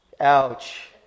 Ouch